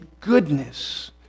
goodness